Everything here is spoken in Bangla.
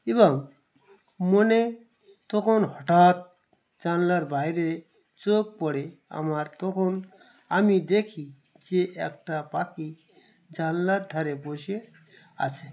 এবং মনে তখন হঠাৎ জানলার বাইরে চোখ পড়ে আমার তখন আমি দেখি যে একটা পাখি জানলার ধারে বসে আছে